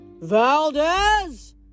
Valdez